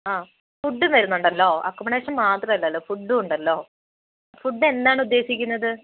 ആ ഫുഡ്ഡും വരുന്നുണ്ടല്ലോ അക്കോമഡേഷൻ മാത്രം അല്ലല്ലോ ഫുഡ്ഡും ഉണ്ടല്ലോ ഫുഡ് എന്താണ് ഉദ്ദേശിക്കുന്നത്